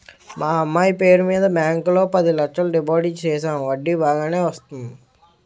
మా అమ్మాయి పేరు మీద బ్యాంకు లో పది లచ్చలు డిపోజిట్ సేసాము వడ్డీ బాగానే వత్తాది